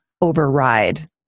override